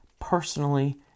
personally